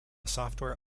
software